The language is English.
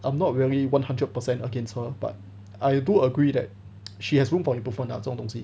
I'm not really one hundred percent against her but I do agree that she has room for improvement lah 这种东西